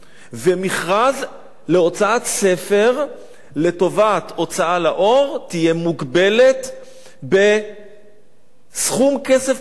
מכרז להוצאת ספר לטובת הוצאה לאור יהיה מוגבל בסכום כסף מסוים